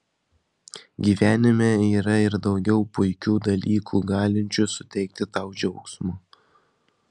gyvenime yra ir daugiau puikių dalykų galinčių suteikti tau džiaugsmo